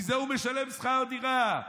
מזה הוא משלם שכר דירה,